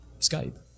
Skype